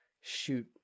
shoot